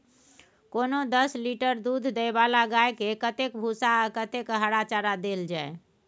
कोनो दस लीटर दूध दै वाला गाय के कतेक भूसा आ कतेक हरा चारा देल जाय?